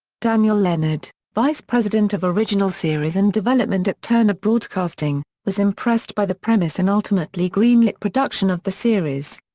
daniel lennard, vice president of original series and development at turner broadcasting, was impressed by the premise and ultimately ultimately greenlit production of the series.